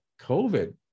COVID